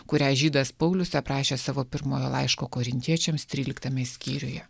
kurią žydas paulius aprašė savo pirmojo laiško korintiečiams tryliktame skyriuje